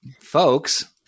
folks